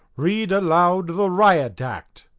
read aloud the riot act!